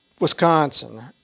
Wisconsin